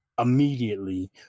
immediately